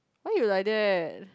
why you like that